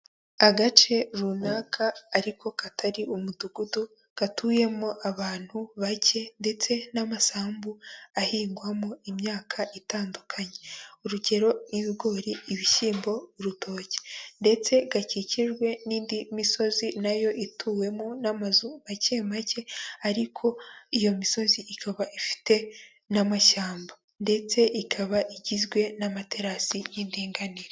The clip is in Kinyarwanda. Agace runaka ariko katari umudugudu gatuyemo abantu bake ndetse n'amasambu ahingwamo imyaka itandukanye, urugero nk'ibigori ibishyimbo, urutoke ndetse gakikijwe n'indi misozi nayo ituwemo n'amazu make make ariko iyo misozi ikaba ifite n'amashyamba ndetse ikaba igizwe n'amaterasi n'indinganire.